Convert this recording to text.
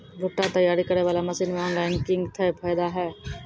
भुट्टा तैयारी करें बाला मसीन मे ऑनलाइन किंग थे फायदा हे?